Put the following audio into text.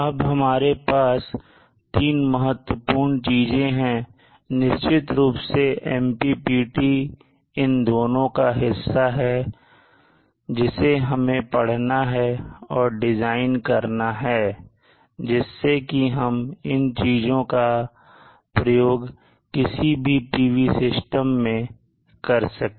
अब हमारे पास तीन महत्वपूर्ण चीजें हैं निश्चित रूप से MPPT इन दोनों का हिस्सा है जिसे हमें पढ़ना है और डिज़ाइन करना है जिससे कि हम इन चीजों का प्रयोग किसी भी PV सिस्टम में कर सकें